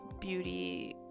beauty